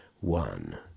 One